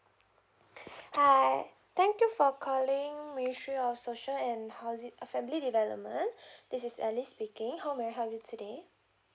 hi thank you for calling ministry of social and housing family development this is ally speaking how may I help you today